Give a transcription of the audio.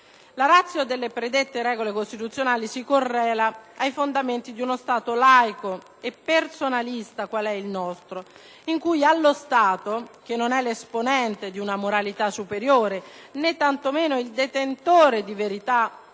La *ratio* delle predette regole costituzionali si correla ai fondamenti di un Stato laico e personalista, qual è il nostro, in cui allo Stato - che non è l'esponente di una moralità superiore, né tanto meno il detentore di verità